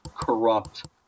corrupt